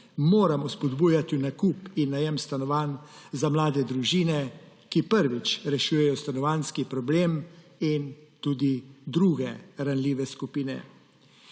moramo spodbujati v nakup in najem stanovanj mlade družine, ki prvič rešujejo stanovanjski problem, in tudi druge ranljive skupine.